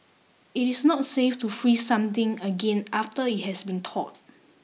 it is not safe to freeze something again after it has been thawed